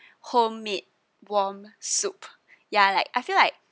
homemade warm soup ya like I feel like